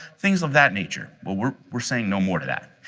things of that nature, but we're we're saying no more to that.